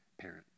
parent